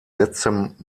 letztem